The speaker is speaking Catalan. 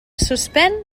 suspèn